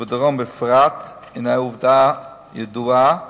ובדרום בפרט היא עובדה ידועה,